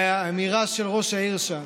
והאמירה של ראש העיר שם,